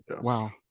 wow